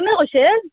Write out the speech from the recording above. কোনে কৈছে